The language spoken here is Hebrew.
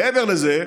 מעבר לזה,